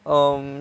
um